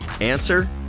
Answer